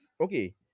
okay